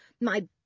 My